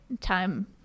time